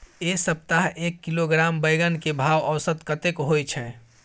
ऐ सप्ताह एक किलोग्राम बैंगन के भाव औसत कतेक होय छै?